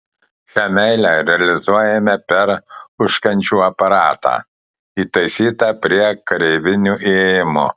šią meilę realizuojame per užkandžių aparatą įtaisytą prie kareivinių įėjimo